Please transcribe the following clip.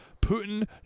Putin